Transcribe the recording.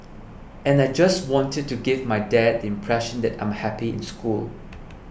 and I just wanted to give my dad the impression that I'm happy in school